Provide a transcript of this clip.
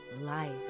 Life